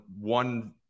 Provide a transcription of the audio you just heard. one